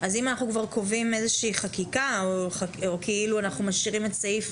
אז אם אנחנו כבר קובעים איזושהי חקיקה או כאילו אנחנו משאירים את סעיף